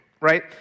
right